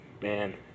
man